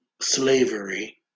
slavery